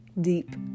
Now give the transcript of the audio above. deep